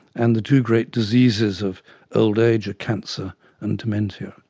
and the two great diseases of old age cancer and dementia.